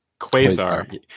Quasar